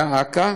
דא עקא,